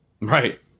Right